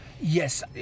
Yes